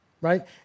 right